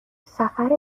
سفر